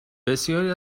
بسیاری